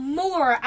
more